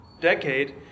decade